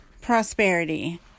prosperity